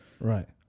Right